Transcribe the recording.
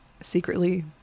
secretly